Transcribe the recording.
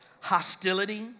Hostility